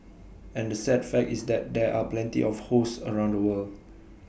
and the sad fact is that there are plenty of hosts around the world